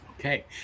Okay